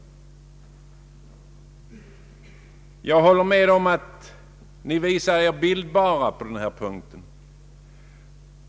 Jag håller dock med om att ni visat er bildbara på denna punkt.